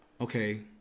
Okay